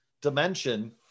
dimension